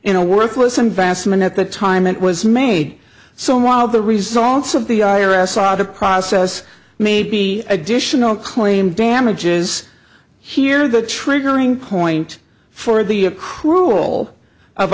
in a worthless investment at the time it was made so while the results of the i r s audit process may be additional claim damages here the triggering point for the cruel of